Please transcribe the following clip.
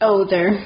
Older